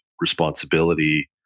responsibility